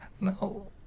No